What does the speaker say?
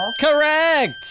Correct